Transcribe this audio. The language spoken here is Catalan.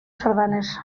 sardanes